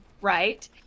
right